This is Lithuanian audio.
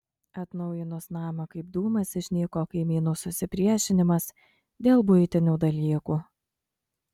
atnaujinus namą kaip dūmas išnyko kaimynų susipriešinimas dėl buitinių dalykų